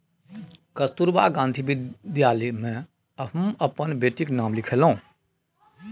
कस्तूरबा गांधी बालिका विद्यालय मे हम अपन बेटीक नाम लिखेलहुँ